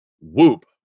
Whoop